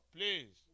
Please